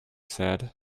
said